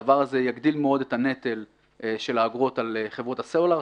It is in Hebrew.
הדבר הזה יגדיל מאוד את הנטל של האגרות על חברות הסלולר,